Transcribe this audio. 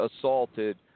assaulted